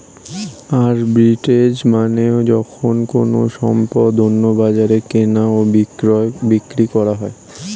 arbitrage মানে যখন কোনো সম্পদ অন্য বাজারে কেনা ও বিক্রি করা হয়